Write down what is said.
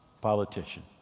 politician